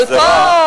אבל פה,